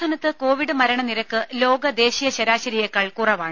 സംസ്ഥാനത്ത് കോവിഡ് മരണ നിരക്ക് ലോക ദേശീയ ശരാശരിയേക്കാൾ കുറവാണ്